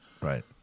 Right